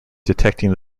detecting